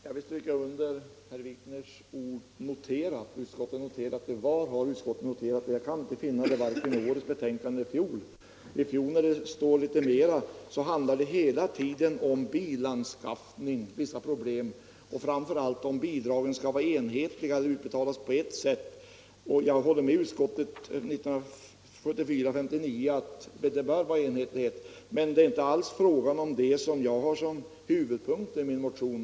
Herr talman! Jag vill stryka under herr Wikners ord att utskottet har ”noterat”. Men jag kan inte finna någon notering vare sig i årets betänkande eller i fjolårets. I fjol handlade det hela tiden om vissa problem i samband med bilanskaffning och framför allt om bidragen skulle vara enhetliga och utbetalas på ert sätt. Jag håller med, när skatteutskottet i sitt betänkande nr 59 år 1974 skriver att de bör vara enhetliga. Men det är inte alls detta som jag har som huvudpunkt i min motion.